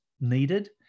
needed